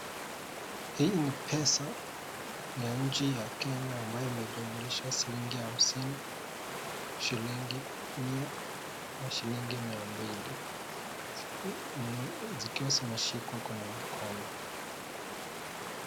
Hii ni pesa ,ya nchi ya Kenya ambayo inajumlisha shilingi hamsini, shilingi mia na shilingi mia mbili, zikiwa zimeshikwa kwa mkono.